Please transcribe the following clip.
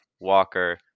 Walker